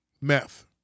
Meth